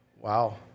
Wow